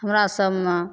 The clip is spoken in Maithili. हमरा सभमे